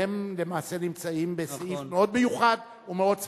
שלמעשה הם נמצאים בסעיף מאוד מיוחד ומאוד ספציפי,